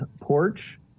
porch